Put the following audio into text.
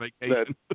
vacation